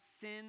sin